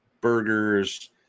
burgers